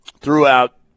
throughout